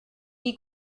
die